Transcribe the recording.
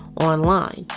online